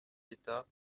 d’état